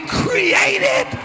created